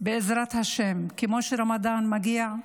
בעזרת השם, כמו שרמדאן מגיע,